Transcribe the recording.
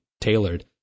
tailored